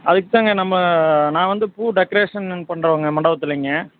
அதுக்குத் தாங்க நம்ம நான் வந்து பூ டெக்கரேஷன்னு பண்ணுறவங்க மண்டபத்திலைங்க